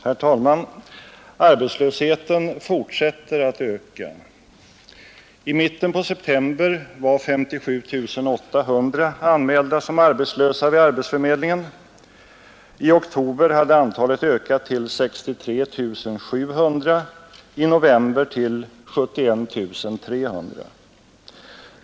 Herr talman! Arbetslösheten fortsätter att öka. I mitten på september var 57 800 anmälda som arbetslösa vid arbetsförmedlingen. I oktober hade antalet ökat till 63 700, i november till 71 300.